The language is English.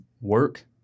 work